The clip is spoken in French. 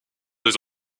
deux